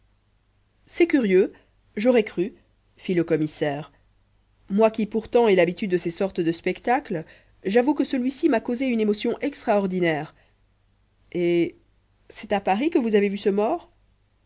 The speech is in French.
c'est curieux j'aurais cru fit le commissaire moi qui pourtant ai l'habitude de ces sortes de spectacles j'avoue que celui-ci m'a causé une émotion extraordinaire et c'est à paris que vous avez vu ce mort